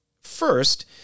First